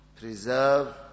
preserve